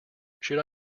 should